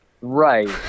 Right